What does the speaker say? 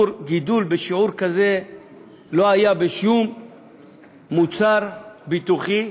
גידול בשיעור כזה לא היה בשום מוצר ביטוחי